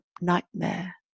nightmare